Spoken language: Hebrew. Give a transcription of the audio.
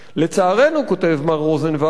"לצערנו" כותב מר רוזנווקס,